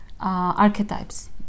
Archetypes